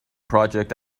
project